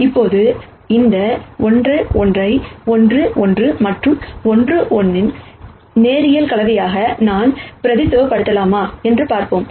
இப்போது இந்த 1 1 ஐ 1 1 மற்றும் 1 1 இன் லீனியர் காம்பினேஷன் நான் பிரதிநிதித்துவப்படுத்தலாமா என்று பார்ப்போம்